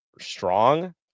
strong